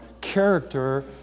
character